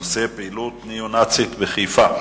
בנושא: פעילות ניאו-נאצית בחיפה.